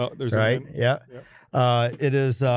ah there's right. yeah it is